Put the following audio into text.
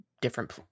different